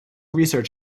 research